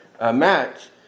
match